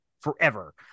forever